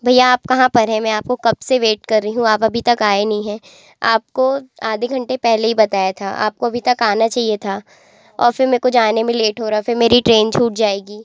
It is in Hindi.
भैया आप कहाँ पर हैं मैं आपका कब से वेट कर रही हूँ आप अभी तक आए नहीं हैं आपको आधे घंटे पहले ही बताया था आपको अभी तक आना चाहिए था और फिर मेरे को जाने में लेट हो रहा फिर मेरी ट्रेन छूट जाएगी